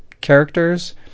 characters